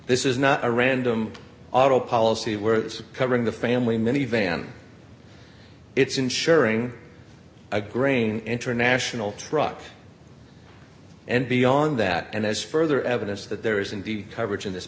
this is not a random auto policy where this covering the family minivan it's insuring a grain international truck and beyond that and as further evidence that there is indeed coverage in this